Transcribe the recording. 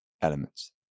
elements